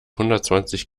hundertzwanzig